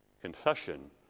Confession